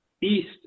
east